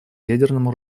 ядерному